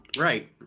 Right